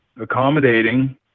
accommodating